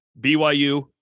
BYU